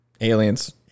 Aliens